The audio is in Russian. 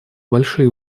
большие